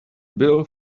bill